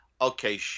okay